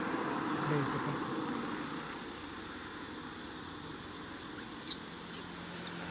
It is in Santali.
ᱞᱟᱹᱭ ᱠᱮᱫᱟ